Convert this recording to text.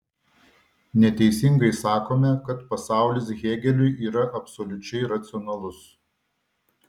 neteisingai sakome kad pasaulis hėgeliui yra absoliučiai racionalus